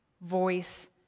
voice